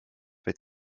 vaid